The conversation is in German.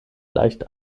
leicht